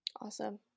Awesome